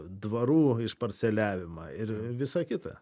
dvarų išparceliavimą ir visa kita